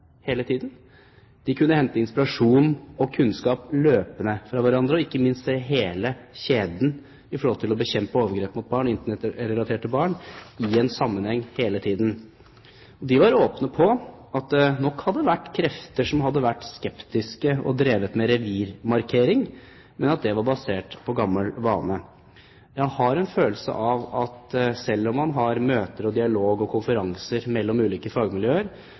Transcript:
hele tiden. De kunne løpende hente inspirasjon og kunnskap fra hverandre, og ikke minst se hele kjeden i forhold til å bekjempe internettrelaterte overgrep mot barn i en sammenheng hele tiden. De var åpne på at det nok hadde vært krefter som hadde vært skeptiske og drevet med revirmarkering, men at det var basert på gammel vane. Jeg har en snikende følelse av at selv om man har møter, dialog og konferanser mellom ulike fagmiljøer,